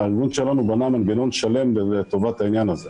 בנינו מנגנון שלם לטובת העניין הזה,